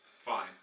Fine